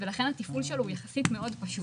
לכן התפעול שלו הוא יחסית מאוד פשוט.